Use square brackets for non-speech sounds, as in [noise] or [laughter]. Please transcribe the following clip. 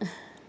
[breath]